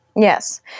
Yes